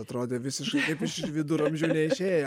atrodė visiškai kaip iš viduramžių neišėję